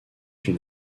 une